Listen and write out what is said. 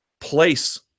place